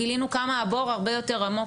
גילינו כמה הבור הרבה יותר עמוק,